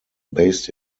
based